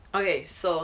okay so